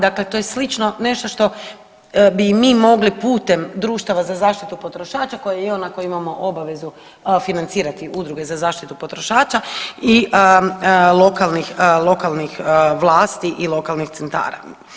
Dakle, to je slično nešto što bi i mi mogli putem društava za zaštitu potrošača na koje imamo obavezu financirati udruge za zaštitu potrošača i lokalnih vlasti i lokalnih centara.